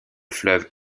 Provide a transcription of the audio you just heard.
fleuve